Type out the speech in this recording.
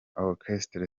orchestre